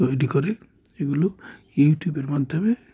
তৈরি করে এগুলো ইউটিউবের মাধ্যমে